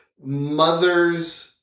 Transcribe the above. Mother's